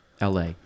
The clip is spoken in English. la